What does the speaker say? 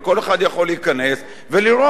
וכל אחד יכול להיכנס ולראות.